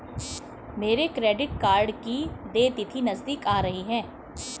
मेरे credit card की देय तिथि नज़दीक आ रही है